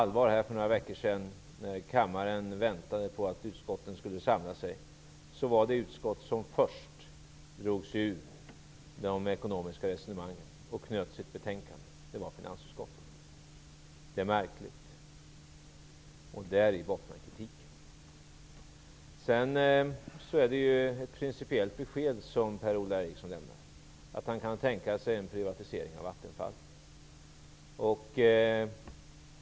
När det var allvar för några veckor sedan och kammaren väntade på att utskotten skulle samlas var finansutskottet det första utskottet som drog sig ur de ekonomiska resonemangen och ''knöt ihop'' sitt betänkande. Det är märkligt, och däri bottnar kritiken. Per-Ola Eriksson lämnar ett principiellt besked om att han kan tänka sig en privatisering av Vattenfall.